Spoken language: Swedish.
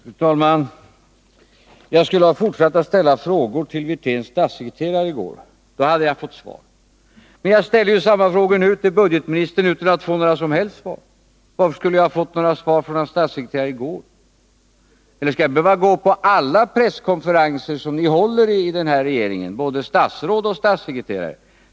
Fru talman! Herr Wirtén säger att jag skulle ha fortsatt att ställa frågor till hans statssekreterare i går, för då hade jag fått svar. Men jag ställer ju samma frågor till budgetministern nu utan att få några som helst svar. Vad är det då som säger att jag skulle ha fått svar av hans statssekreterare i går? Eller skall jag behöva gå på alla presskonferenser som både statsråden och deras statssekreterare håller?